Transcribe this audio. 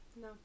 No